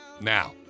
Now